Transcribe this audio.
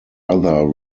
other